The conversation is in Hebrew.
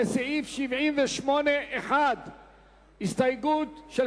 לסעיף 71 אין הסתייגויות.